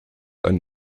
ein